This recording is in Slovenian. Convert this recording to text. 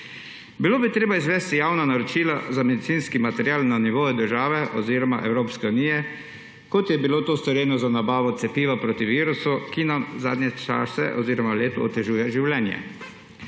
bi bilo izvesti javna naročila za medicinski material na nivoju države oziroma Evropske unije, kot je bilo to storjeno z nabavo cepiva proti virusu, ki nam zadnje čase oziroma že leto otežuje življenje.